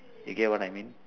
you get what I mean